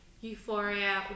euphoria